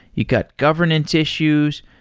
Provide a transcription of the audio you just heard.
you've got governance issues.